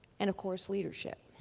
and of course, leadership.